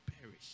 perish